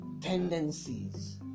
tendencies